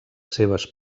seves